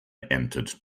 entered